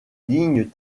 lignes